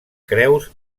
creus